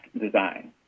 design